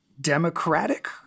democratic